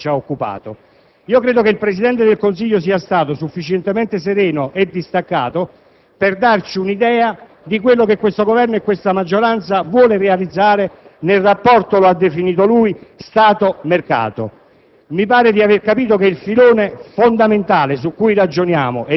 Per quanto riguarda il merito della discussione che ci occupa oggi e che ci ha occupato, credo che il Presidente del Consiglio sia stato sufficientemente sereno e distaccato per darci un'idea di quello che questo Governo e questa maggioranza vogliono realizzare nel rapporto - da lui così definito - tra Stato e mercato.